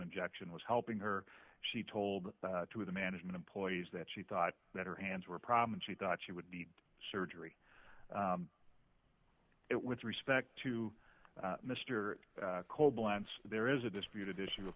injection was helping her she told two of the management employees that she thought that her hands were a problem and she thought she would need surgery it with respect to mr kolb lance there is a disputed issue